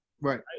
Right